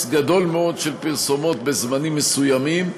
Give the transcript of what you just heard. גדול מאוד של פרסומות בזמנים מסוימים.